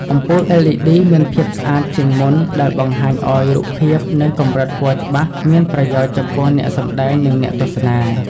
អំពូល LED មានភាពស្អាតជាងមុនដែលបង្ហាញឲ្យរូបភាពនិងកម្រិតពណ៌ច្បាស់មានប្រយោជន៍ចំពោះអ្នកសម្តែងនិងអ្នកទស្សនា។